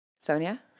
Sonia